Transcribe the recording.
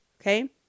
Okay